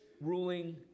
ruling